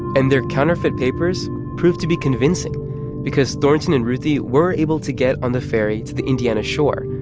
and their counterfeit papers proved to be convincing because thornton and ruthie were able to get on the ferry to the indiana shore.